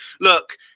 look